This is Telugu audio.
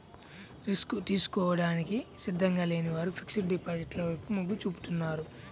రిస్క్ తీసుకోవడానికి సిద్ధంగా లేని వారు ఫిక్స్డ్ డిపాజిట్ల వైపు మొగ్గు చూపుతున్నారు